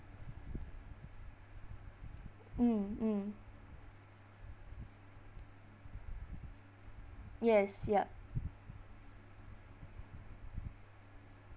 mm mm yes yup